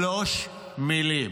שלוש מילים: